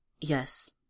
Yes